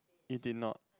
it did not